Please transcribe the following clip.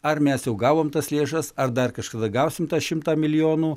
ar mes jau gavom tas lėšas ar dar kažkada gausim tą šimtą milijonų